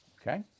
Okay